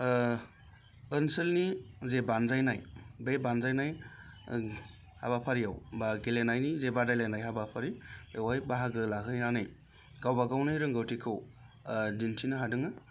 ओनसोलनि जे बान्जायनाय बे बान्जायनाय हाबाफारियाव बा गेलेनायनि जे बादायलायनाय हाबाफारि बेवहाय बाहागो लाहैनानै गावबा गावनि रोंगौथिखौ दिन्थिनो हादोङो